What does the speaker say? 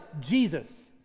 Jesus